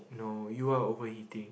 no you are overheating